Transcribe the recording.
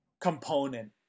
component